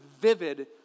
vivid